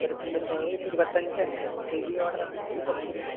എടുക്കുമ്പം ഒരു ഇരുപത്തഞ്ച് അങ്ങനെ ഹെവി ഓർഡർ ആണെങ്കിൽ കുറച്ച് കൂടിയും കുറഞ്ഞ് കിട്ടും